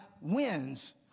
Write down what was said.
wins